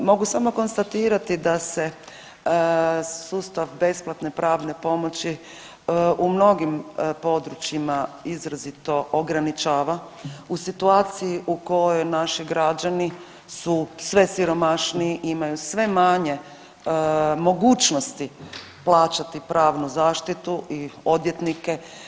Mogu samo konstatirati da se sustav besplatne pravne pomoći u mnogim područjima izrazito ograničava u situaciji u kojoj naši građani su sve siromašniji i imaju sve manje mogućnosti plaćati pravnu zaštitu i odvjetnike.